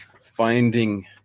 Finding